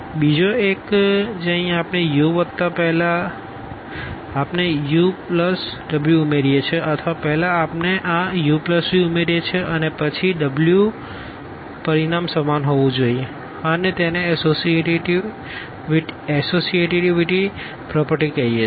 uvvu∀uv∈V બીજો એક જે અહીં આપણે u વત્તા પહેલા આપણે vw ઉમેરીએ છીએ અથવા પહેલા આપણે આ uv ઉમેરીએ છીએ અને પછી w પરિણામ સમાન હોવું જોઈએ અને તેને એસોસિએટીવીટી પ્રોપર્ટી કહે છે